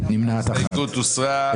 הצבעה ההסתייגות לא התקבלה.